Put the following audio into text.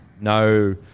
No